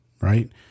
Right